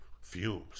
fumes